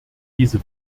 diese